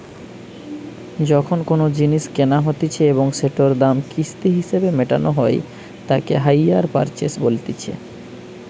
যখন কোনো জিনিস কেনা হতিছে এবং সেটোর দাম কিস্তি হিসেবে মেটানো হই তাকে হাইয়ার পারচেস বলতিছে